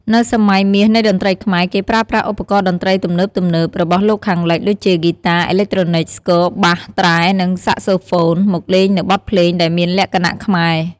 នៅសម័យមាសនៃតន្ត្រីខ្មែរ គេប្រើប្រាស់ឧបករណ៍តន្ត្រីទំនើបៗរបស់លោកខាងលិច ដូចជាហ្គីតាអេឡិចត្រូនិក ស្គរ បាស ត្រែ និងសាក្សូហ្វូន មកលេងនូវបទភ្លេងដែលមានលក្ខណៈខ្មែរ។